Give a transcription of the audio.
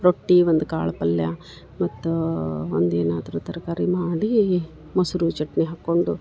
ರೊಟ್ಟಿ ಒಂದು ಕಾಳು ಪಲ್ಯ ಮತ್ತು ಒಂದು ಏನಾದರು ತರಕಾರಿ ಮಾಡಿ ಮೊಸರು ಚಟ್ನಿ ಹಾಕ್ಕೊಂಡು